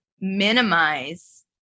minimize